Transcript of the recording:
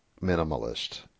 minimalist